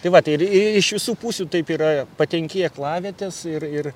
tai va tai ir iš visų pusių taip yra patenki į aklavietes ir ir